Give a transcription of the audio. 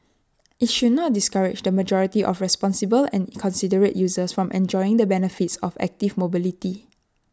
IT should not discourage the majority of responsible and considerate users from enjoying the benefits of active mobility